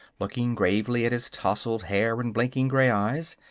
looking gravely at his tousled hair and blinking gray eyes.